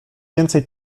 więcej